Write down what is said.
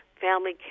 family